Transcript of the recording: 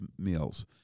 meals